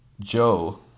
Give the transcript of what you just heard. Joe